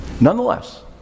Nonetheless